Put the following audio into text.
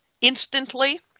instantly